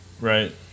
Right